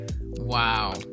Wow